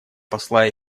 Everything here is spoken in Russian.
посла